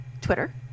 Twitter